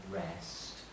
rest